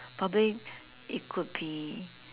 probably it could be